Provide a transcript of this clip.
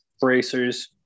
bracers